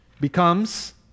becomes